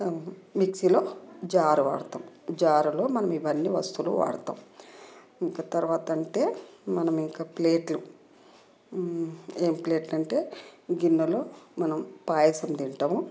మిక్సీలో జారు వాడుతాం జారులో మనం ఇవన్నీ వస్తువులు వాడతాం ఇంకా తర్వాత అంటే మనము ఇంకా ప్లేట్లు ఏం ప్లేట్లు అంటే గిన్నెలు మనం పాయసం తింటాము